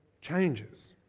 changes